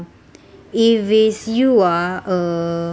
if is you ah uh